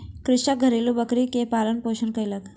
कृषक घरेलु बकरी के पालन पोषण कयलक